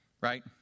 Right